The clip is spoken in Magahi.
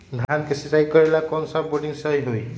धान के सिचाई करे ला कौन सा बोर्डिंग सही होई?